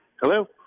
Hello